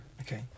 Okay